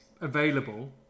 available